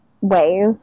ways